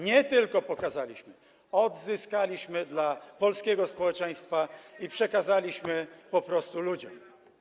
Nie tylko pokazaliśmy, odzyskaliśmy je dla polskiego społeczeństwa i przekazaliśmy po prostu ludziom.